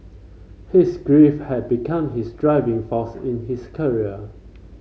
his grief had become his driving force in his career